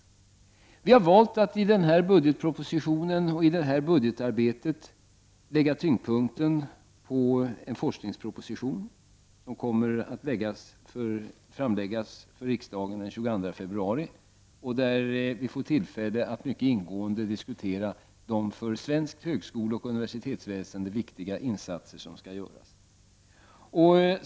Vi har valt att i det här budgetarbetet lägga tyngdpunkten på en forskningsproposition, som kommer att framläggas för riksdagen den 22 februari och där vi får tillfälle att mycket ingående diskutera de för svenskt högskoleoch universitetsväsende viktiga insatser som skall göras.